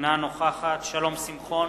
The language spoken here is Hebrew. אינה נוכחת שלום שמחון,